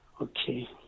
Okay